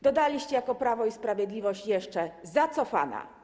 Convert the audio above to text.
Dodaliście jako Prawo i Sprawiedliwość jeszcze: zacofana.